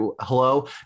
Hello